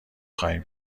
خواهیم